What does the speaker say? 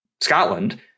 Scotland